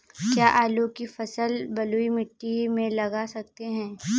क्या आलू की फसल बलुई मिट्टी में लगा सकते हैं?